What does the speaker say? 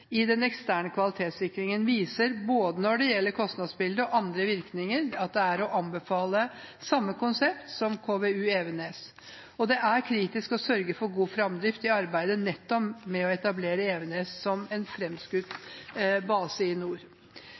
i den eksterne kvalitetssikringen viser når det gjelder både kostnadsbildet og andre virkninger, at det er å anbefale samme konsept som KVU-Evenes, og det er kritisk å sørge for god framdrift i arbeidet med å etablere nettopp Evenes som en framskutt base i nord.